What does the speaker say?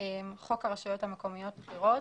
תיקון חוק הרשויות המקומיות (בחירות)